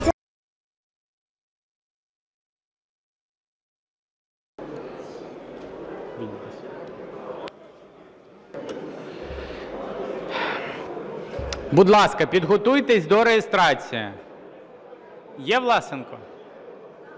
Будь ласка, підготуйтесь до реєстрації. Є Власенко?